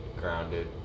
grounded